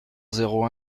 zéro